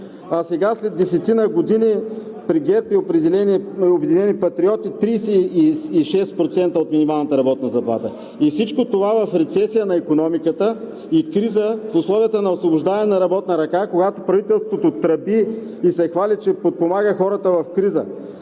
а сега, след десетина години при ГЕРБ и при „Обединени патриоти“ – 36% от минималната работна заплата. И всичко това в рецесия на икономиката и криза в условията на освобождаване на работна ръка, когато правителството тръби и се хвали, че подпомага хората в криза.